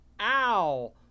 ow